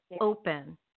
open